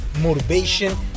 motivation